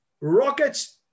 rockets